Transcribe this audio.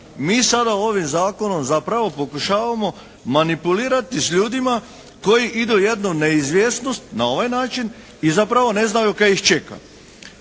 Mi sada ovim zakonom zapravo pokušavamo manipulirati s ljudima koji idu u jednu neizvjesnost na ovaj način i zapravo ne znaju kaj ih čeka.